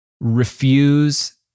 refuse